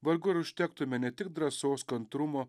vargu ar užtektume ne tik drąsos kantrumo